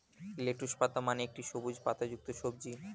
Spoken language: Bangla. লেটুস পাতা মানে একটি সবুজ পাতাযুক্ত সবজি